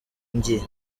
ngiye